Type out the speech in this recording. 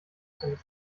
seines